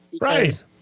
Right